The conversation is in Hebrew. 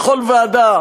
בכל ועדה,